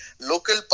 Local